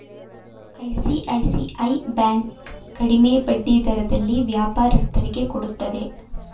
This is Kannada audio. ಐಸಿಐಸಿಐ ಬ್ಯಾಂಕ್ ಕಡಿಮೆ ಬಡ್ಡಿ ದರದಲ್ಲಿ ವ್ಯಾಪಾರಸ್ಥರಿಗೆ ಕೊಡುತ್ತದೆ